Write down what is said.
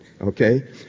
okay